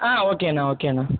okay அண்ணா okay அண்ணா